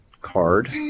card